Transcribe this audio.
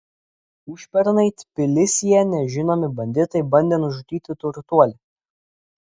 užpernai tbilisyje nežinomi banditai bandė nužudyti turtuolį